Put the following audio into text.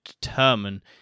determine